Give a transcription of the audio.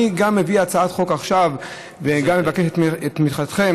אני גם מביא הצעת חוק עכשיו וגם מבקש את תמיכתכם,